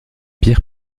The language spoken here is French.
pierre